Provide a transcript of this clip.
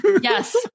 yes